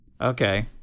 Okay